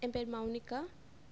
என் பேர் மௌனிகா